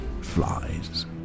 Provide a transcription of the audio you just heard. flies